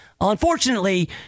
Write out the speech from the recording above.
Unfortunately